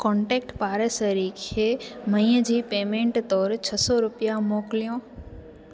contact पाड़ेसरी खे मई जी पेमेंट तौरु छह सौ रुपिया मोकलियो